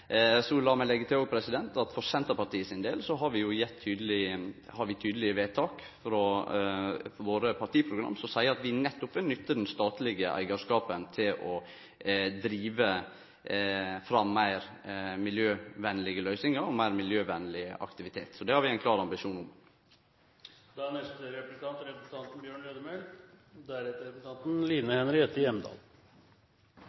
meg òg leggje til at for Senterpartiet sin del har vi tydelege vedtak i vårt partiprogram som seier at vi nettopp vil nytte den statlege eigarskapen til å drive fram meir miljøvenlege løysingar og meir miljøvenleg aktivitet. Så det har vi ein klar ambisjon om.